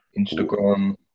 Instagram